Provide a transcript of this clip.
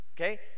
Okay